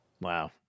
Wow